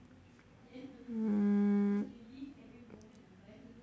mm